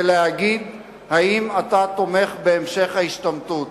ולהגיד אם אתה תומך בהמשך ההשתמטות.